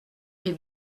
est